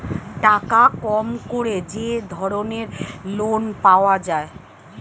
টাকা কম করে যে ধরনের লোন পাওয়া যায়